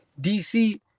DC